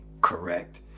Correct